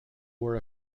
were